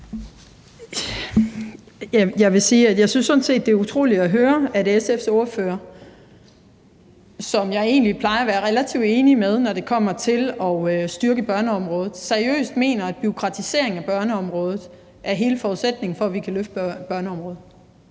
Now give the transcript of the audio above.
set synes, det er utroligt at høre, at SF's ordfører, som jeg egentlig plejer at være relativt enig med, når det kommer til at styrke børneområdet, seriøst mener, at bureaukratisering af børneområdet er hele forudsætningen for, at vi kan løfte det.